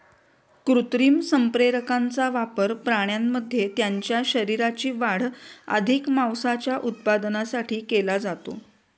कृत्रिम संप्रेरकांचा वापर प्राण्यांमध्ये त्यांच्या शरीराची वाढ अधिक मांसाच्या उत्पादनासाठी केला जातो